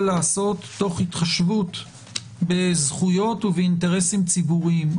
להיעשות תוך התחשבות בזכויות ובאינטרסים ציבוריים.